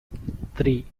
three